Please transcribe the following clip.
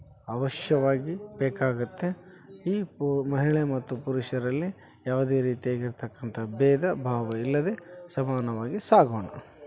ಅವಶ್ಯವಾಗಿ ಬೇಕಾಗುತ್ತೆ ಈ ಪು ಮಹಿಳೆ ಮತ್ತು ಪುರುಷರಲ್ಲಿ ಯಾವುದೇ ರೀತಿಯಾಗಿ ಇರತಕ್ಕಂಥ ಭೇದ ಭಾವ ಇಲ್ಲದೆ ಸಮಾನವಾಗಿ ಸಾಗೋಣ